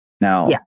Now